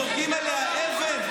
זורקים עליה אבן,